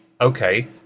okay